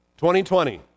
2020